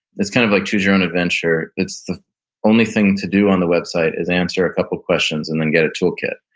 it's kind of like choose your own adventure. it's the only thing to do on the website is answer a couple of questions and then get a toolkit,